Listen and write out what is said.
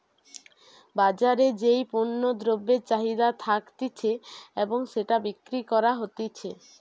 বাজারে যেই পণ্য দ্রব্যের চাহিদা থাকতিছে এবং সেটা বিক্রি করা হতিছে